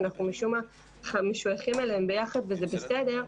שאנחנו משום מה משויכים אליהם ביחד וזה בסדר,